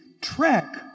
trek